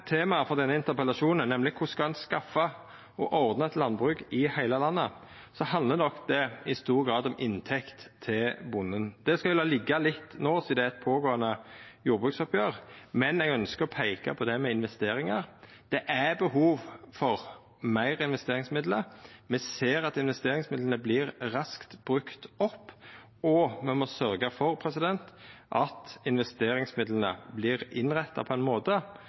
for denne interpellasjonen, nemleg korleis ein kan skaffa og ordna eit landbruk i heile landet, handlar nok det i stor grad om inntekt til bonden. Det skal me la liggja litt no sidan det er eit pågåande jordbruksoppgjer, men eg ønskjer å peika på det med investeringar. Det er behov for meir investeringsmidlar. Me ser at investeringsmidlane vert raskt brukte opp, og me må sørgja for at investeringsmidlane vert innretta på ein måte